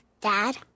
dad